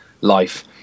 life